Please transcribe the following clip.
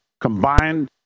combined